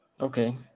Okay